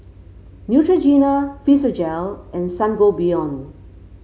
Neutrogena Physiogel and Sangobion